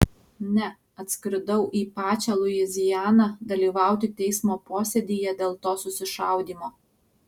ne atskridau į pačią luizianą dalyvauti teismo posėdyje dėl to susišaudymo